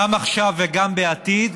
גם עכשיו וגם בעתיד,